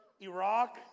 Iraq